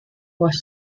was